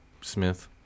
Smith